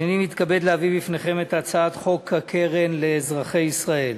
הנני מתכבד להביא בפניכם את הצעת חוק קרן לאזרחי ישראל.